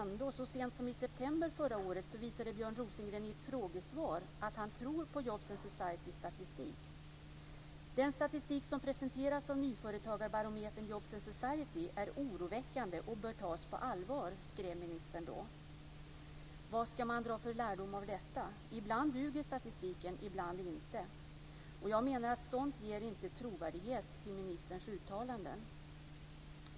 Så sent som i september förra året visade ändå Björn Rosengren i ett frågesvar att han tror på Jobs and Societys statistik. Då skrev ministern att den statistik som presenteras av nyföretagarbarometern Jobs and Society är oroväckande och bör tas på allvar. Vad ska man dra för lärdom av detta? Ibland duger statistiken, ibland inte. Jag menar att sådant inte ger trovärdighet till ministerns uttalanden.